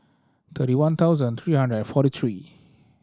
thirty one thousand three hundred and forty three